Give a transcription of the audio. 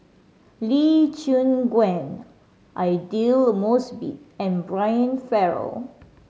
Lee Choon Guan Aidli Mosbit and Brian Farrell